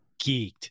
geeked